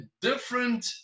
different